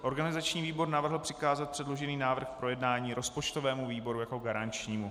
Organizační výbor navrhl přikázat předložený návrh k projednání rozpočtovému výboru jako garančnímu.